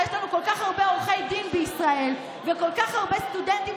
הרי יש לנו כל כך הרבה עורכי דין בישראל וכל כך הרבה סטודנטים